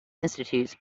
institutes